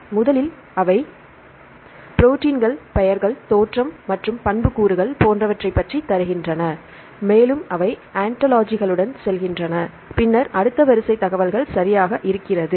முதலில் அவை ப்ரோடீன்கள் பெயர்கள் தோற்றம் மற்றும் பண்புக்கூறுகள் போன்றவற்றைப் பற்றித் தருகின்றன மேலும் அவை ஆன்டாலஜிகளுடன் செல்கின்றன பின்னர் அடுத்த வரிசை தகவல்கள் சரியாக இருக்கிறது